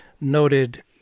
noted